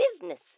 business